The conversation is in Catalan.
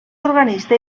organista